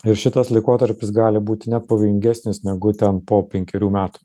ir šitas laikotarpis gali būti net pavojingesnis negu ten po penkerių metų